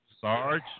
Sarge